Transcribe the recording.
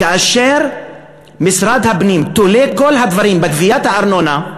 כאשר משרד הפנים תולה את כל הדברים בגביית הארנונה,